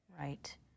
Right